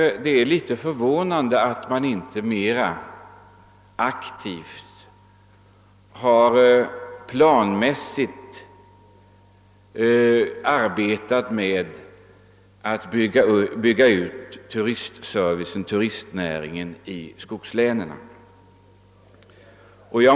Det är litet förvånande att man inte mera planmässigt och aktivt har verkat för att bygga ut turistnäringen i skogslänen.